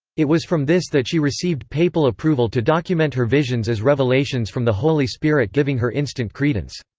it was from this that she received papal approval to document her visions as revelations from the holy spirit giving her instant credence.